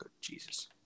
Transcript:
Jesus